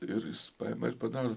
ir jis paima ir padaro